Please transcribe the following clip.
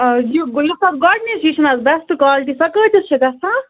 آ یہِ یُس ہا گۄڈٕنیچ یہِ چھَنہٕ حظ بیٚسٹہٕ کالٹی سۅ کۭتِس چھِ گَژھان